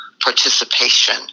participation